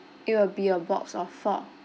it'll be a box of four